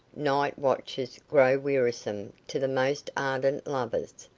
night watches grow wearisome to the most ardent lovers,